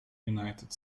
united